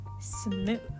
Smooth